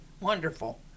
Wonderful